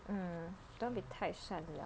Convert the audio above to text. mm don't want to be 太善良